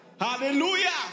Hallelujah